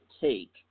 take